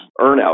earnout